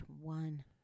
one